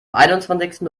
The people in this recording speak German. einundzwanzigsten